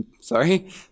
Sorry